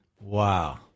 Wow